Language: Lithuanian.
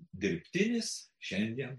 dirbtinis šiandien